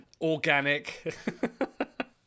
Organic